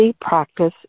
practice